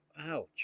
ouch